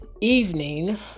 evening